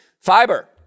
Fiber